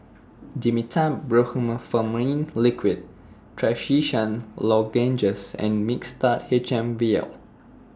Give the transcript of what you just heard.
Dimetapp Brompheniramine Liquid Trachisan Lozenges and Mixtard H M Vial